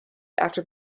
after